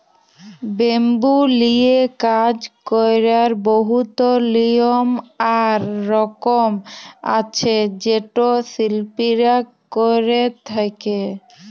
bamboo লিয়ে কাজ ক্যরার বহুত লিয়ম আর রকম আছে যেট শিল্পীরা ক্যরে থ্যকে